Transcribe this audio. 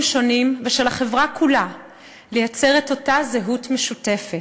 שונים ושל החברה כולה לייצר את אותה זהות משותפת: